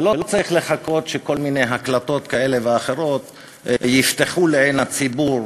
ולא צריך לחכות שכל מיני הקלטות כאלה ואחרות יפתחו לעין הציבור